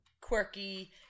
quirky